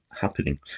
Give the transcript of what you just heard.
happening